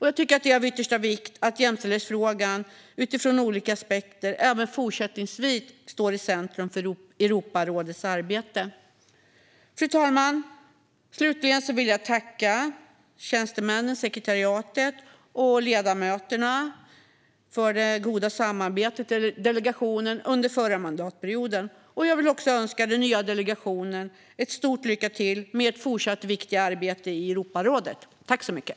Jag tycker att det är av yttersta vikt att jämställdhetsfrågan utifrån olika aspekter även fortsättningsvis står i centrum för Europarådets arbete. Fru talman! Slutligen vill jag tacka tjänstemännen, sekretariatet och ledamöterna för det goda samarbetet i delegationen under förra mandatperioden. Jag vill också önska er i den nya delegationen stort lycka till i ert fortsatta viktiga arbete i Europarådet.